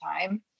time